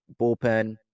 bullpen